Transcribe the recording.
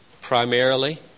primarily